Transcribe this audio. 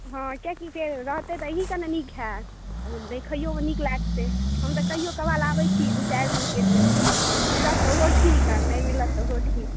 हॅं किये कि तऽ रहत तऽ अहींके ने नीक होयत देखैयो मे नीक लागतै हम तऽ कहियौ कभार आबै छी दुई चारि दिन के लिये मिलत तऽ ओहो ठीक नहि मिलत तऽ ओहो ठीक